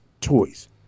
Toys